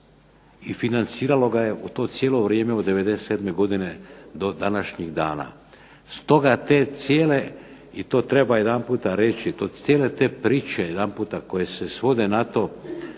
i financiralo ga u to cijelo vrijeme od 1997. do današnjih dana. Stoga te cijele i to treba jedanput reći, to cijele te priče koje se svode na to